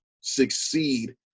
succeed